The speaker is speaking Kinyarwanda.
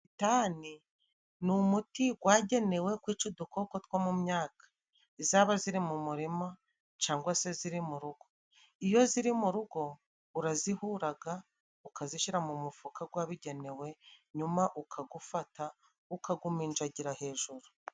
Ditani ni umuti gwagenewe kwica udukoko two mu myaka, zaba ziri mu murima cangwa se ziri mu urugo. Iyo ziri mu rugo urazihuraga, ukazishyira mu mufuka gwabigenewe, nyuma ukagufata ukagumininjagira hejuru.